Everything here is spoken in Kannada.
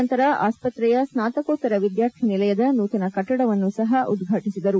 ನಂತರ ಆಸ್ತ್ರೆಯ ಸ್ನಾತಕೋತ್ತರ ವಿದ್ನಾರ್ಥಿ ನಿಲಯದ ನೂತನ ಕಟ್ಲಡವನ್ನು ಸಹ ಉದ್ವಾಟಿಸಿದರು